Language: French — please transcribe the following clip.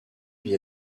vit